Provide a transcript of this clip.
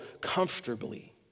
comfortably